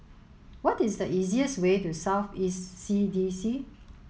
what is the easiest way to South East C D C